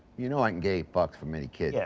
you know i can get eight bucks from any kid. yeah